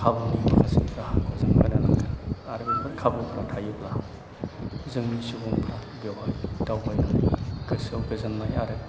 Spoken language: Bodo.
खाबुनि माखासे राहाखौ जों होनो नांगोन आरो बेफोर खाबुफोरा थायोब्ला जोंनि सुबुंफ्रा बेवहाय दावबायनानै गोसोआव गोजोन्नाय आरो